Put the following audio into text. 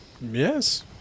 Yes